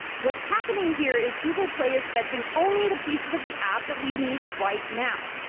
what's happening here is google play is fetching only the pieces of the app that we need right now.